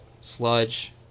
Sludge